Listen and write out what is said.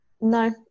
No